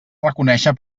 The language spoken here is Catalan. reconéixer